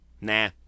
Nah